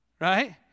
Right